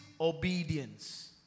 obedience